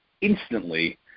instantly